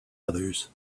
others